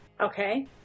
Okay